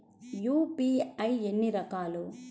UPI ఎన్ని రకాలు?